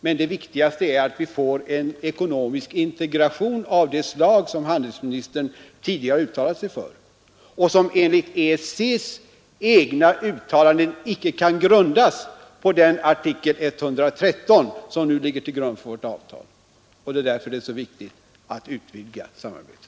Men det viktigaste är att vi får till stånd en ekonomisk integration av det slag som handelsministern tidigare har uttalat sig för och som enligt EEC:s egna uttalanden icke kan bygga på artikel 113, som nu ligger till grund för vårt avtal. Det är därför det är så viktigt att utvidga samarbetet.